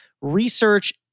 research